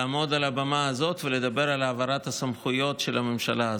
לעמוד על הבמה הזאת ולדבר על העברת הסמכויות של הממשלה הזאת.